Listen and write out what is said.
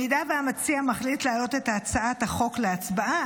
אם המציע מחליט להעלות את הצעת החוק להצבעה,